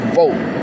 vote